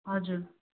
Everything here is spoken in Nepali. हजुर